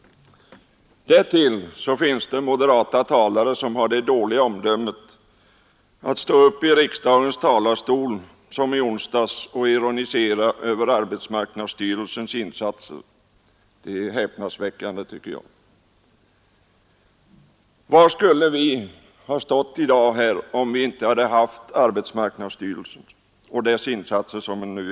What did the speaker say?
Därtill finns det moderata talare som har det dåliga omdömet att gå upp i riksdagens talarstol — som i onsdags — och ironisera över arbetsmarknadsstyrelsens insatser. Det är häpnadsväckande, tycker jag. Var skulle vi ha stått i dag, om vi inte hade haft arbetsmarknadsstyrelsen och dess insatser?